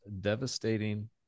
devastating